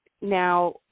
Now